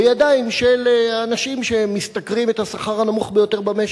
בידיים של אנשים שמשתכרים את השכר הנמוך ביותר במשק?